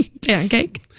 pancake